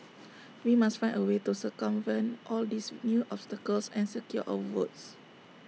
we must find A way to circumvent all these with new obstacles and secure our votes